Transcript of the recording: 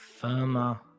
Firma